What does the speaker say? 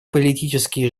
политические